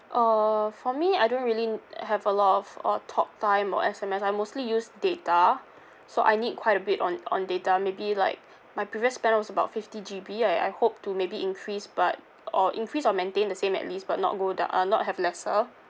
uh for me I don't really n~ have a lot of uh talk time or S_M_S I mostly use data so I need quite a bit on on data maybe like my previous plan was about fifty G_B I I hope to maybe increase but or increase or maintain the same at least but not go do~ uh not have lesser